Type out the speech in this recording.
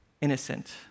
innocent